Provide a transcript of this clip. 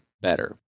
better